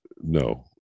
no